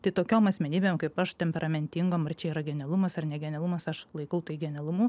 tai tokiom asmenybėm kaip aš temperamentingom ar čia yra genialumas ar ne genialumas aš laikau tai genialumu